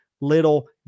little